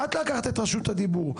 את לקחת את רשות הדיבור,